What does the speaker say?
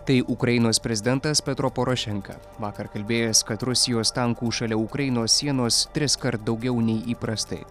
tai ukrainos prezidentas petro porošenka vakar kalbėjęs kad rusijos tankų šalia ukrainos sienos triskart daugiau nei įprastai